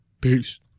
Peace